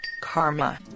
karma